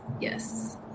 Yes